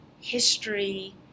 history